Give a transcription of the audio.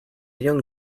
young